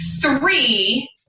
Three